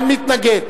אין מתנגד,